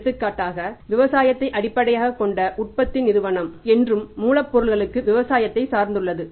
எடுத்துக்காட்டாக விவசாயத்தை அடிப்படையாகக் கொண்ட உற்பத்தி நிறுவனம் என்றும் மூலப் பொருள்களுக்கு விவசாயத்தை சார்ந்துள்ளது